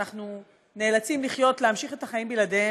סליחה.